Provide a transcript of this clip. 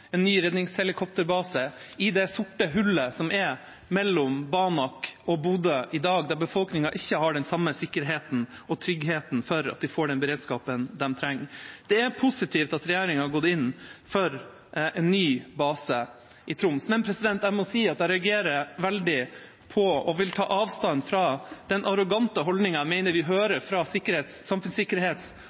en ny redningshelikopterbase i det sorte hullet som er mellom Banak og Bodø i dag, der befolkningen ikke har den samme sikkerheten og tryggheten for at de får den beredskapen de trenger. Det er positivt at regjeringa har gått inn for en ny base i Troms, men jeg må si at jeg reagerer veldig på og vil ta avstand fra den arrogante holdningen jeg mener vi hører fra samfunnssikkerhets-